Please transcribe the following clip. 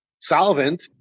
solvent